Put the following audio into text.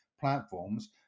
platforms